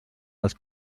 els